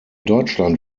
deutschland